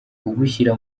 kugushyira